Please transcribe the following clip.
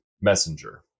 Messenger